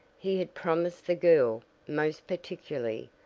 he had promised the girl, most particularly,